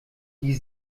die